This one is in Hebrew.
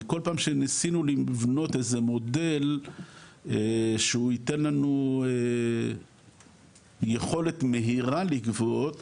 כי כל פעם שניסינו לבנות איזה מודל שהוא ייתן לנו יכולת מהירה לגבות,